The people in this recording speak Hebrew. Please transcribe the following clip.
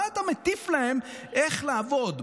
מה אתה מטיף להם איך לעבוד,